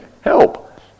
Help